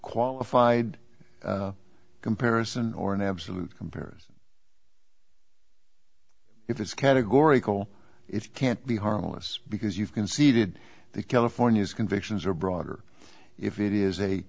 qualified comparison or an absolute compares if it's categorical it can't be harmless because you've conceded the californias convictions are broader if it is a